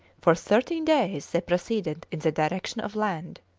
for thirteen days they proceeded in the direction of land,